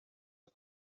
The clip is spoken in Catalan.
als